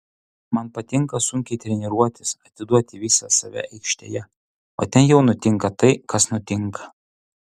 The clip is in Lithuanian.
man patinka sunkiai treniruotis atiduoti visą save aikštėje o ten jau nutinka tai kas nutinka